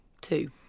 Two